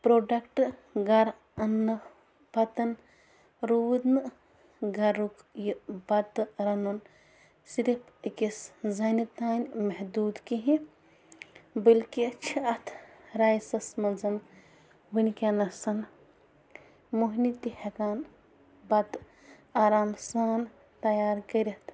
product گَرٕ اَنٛنہٕ پَتہٕ روٗد نہٕ گَرُک یہِ بَتہٕ رَنُن صِرف أکِس زَنہِ تام محدوٗد کِہیٖنۍ بٔلکہِ چھِ اَتھ رایسَس منٛز وٕنۍکٮ۪نَس مۄہنی تہِ ہٮ۪کان بَتہٕ آرام سان تیار کٔرِتھ